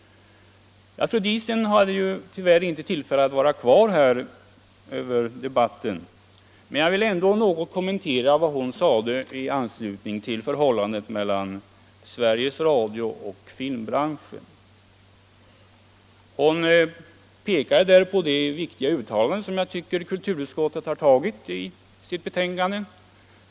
Fru Diesen hade tyvärr inte tillfälle att vara kvar över debatten, men jag vill ändå något kommentera vad hon sade i anslutning till förhållandet mellan Sveriges Radio och filmbranschen. Hon pekade på det viktiga uttalande som kulturutskottet har tagit i sitt betänkande.